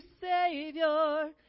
Savior